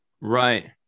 Right